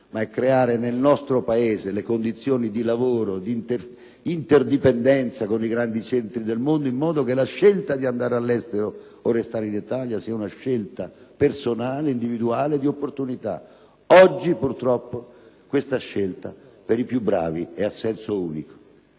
ma creare nel nostro Paese le condizioni di lavoro e di interdipendenza con i grandi centri del mondo, in modo che la scelta se andare all'estero o restare in Italia sia una decisione personale e di opportunità. Oggi, purtroppo, questa scelta per i più bravi è a senso unico: